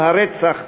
הרצח הנתעב,